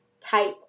type